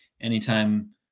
Anytime